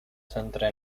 centra